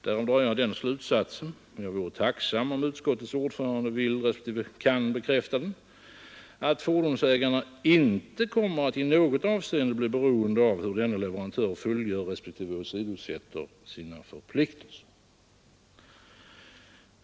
Därav drar jag den slutsatsen, och jag vöre tacksam om utskottets ordförande vill respektive kan bekräfta den, att fordonsägarna inte kommer att i något avseende bli beroende av hur denne leverantör fullgör respektive åsidosätter sina förpliktelser.